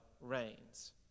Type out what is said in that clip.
reigns